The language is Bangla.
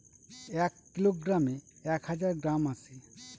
এক কিলোগ্রামে এক হাজার গ্রাম আছে